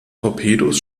torpedos